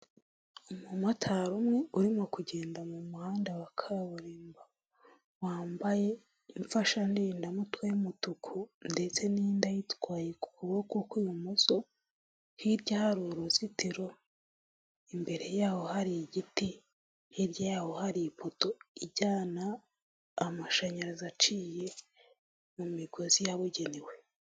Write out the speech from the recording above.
Umumotari umwe urimo kugenda mu muhanda wa kaburimbo, wambaye imfashandindamutwe y’umutuku ndetse n’inda yitwaye ku kuboko kw’ibumoso. Hirya hari uruzitiro imbere yaho, hari igiti hirya yaho hari ipoto ijyana, amashanyarazi aciye mu migozi yabugenewe.